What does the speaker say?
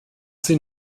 sie